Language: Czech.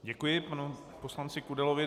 Děkuji panu poslanci Kudelovi.